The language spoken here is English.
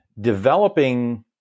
developing